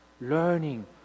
learning